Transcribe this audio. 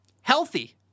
healthy